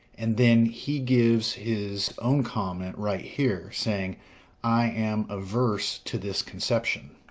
and then he gives his own comment, right here, saying i am averse to this conception.